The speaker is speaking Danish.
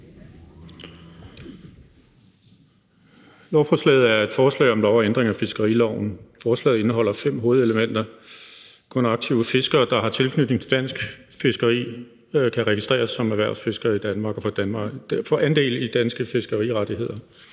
Lovforslaget er et forslag om lov om ændring af fiskeriloven. Forslaget indeholder fem hovedelementer. Kun aktive fiskere, der har tilknytning til dansk fiskeri, kan registreres som erhvervsfiskere i Danmark og få andel i danske fiskerirettigheder.